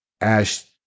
Ash